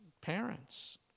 parents